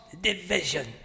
division